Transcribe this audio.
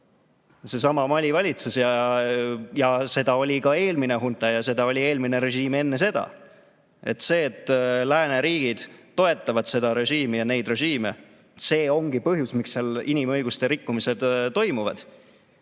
seesama Mali valitsus, ja seda oli ka eelmine hunta ja sellele eelnenud režiim? See, et lääneriigid toetavad seda režiimi ja neid režiime, ongi põhjus, miks seal inimõiguste rikkumised toimuvad.